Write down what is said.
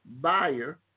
buyer